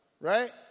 right